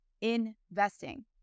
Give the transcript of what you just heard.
investing